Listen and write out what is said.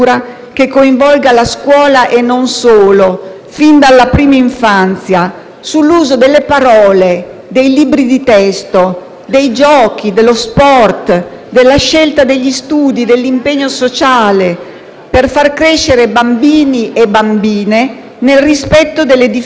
fin dalla prima infanzia, sull'uso delle parole, dei libri di testo, dei giochi, dello sport, della scelta degli studi, dell'impegno sociale, per far crescere bambini e bambine nel rispetto delle differenze di genere e della pari dignità.